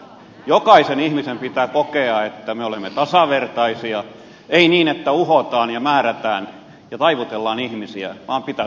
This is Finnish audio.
jokaisen ihmisen pitää kokea että me olemme tasavertaisia ei niin että uhotaan ja määrätään ja taivutellaan ihmisiä vaan pitää suostutella